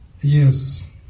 Yes